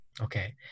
Okay